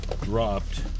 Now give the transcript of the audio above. dropped